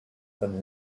than